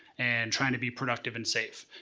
and trying to be productive and safe.